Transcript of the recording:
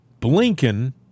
Blinken